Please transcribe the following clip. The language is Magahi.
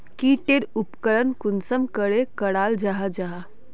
की टेर उपकरण कुंसम करे कराल जाहा जाहा?